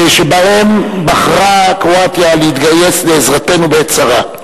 שבהם בחרה קרואטיה להתגייס לעזרתנו בעת צרה.